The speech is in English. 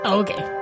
okay